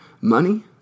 money